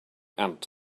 ant